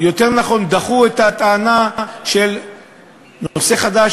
או יותר נכון דחו את הטענה של נושא חדש